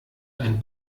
ein